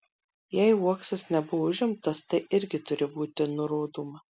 jei uoksas nebuvo užimtas tai irgi turi būti nurodoma